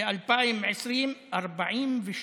ב-2020, 43